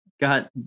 got